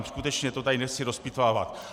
Skutečně to tady nechci rozpitvávat.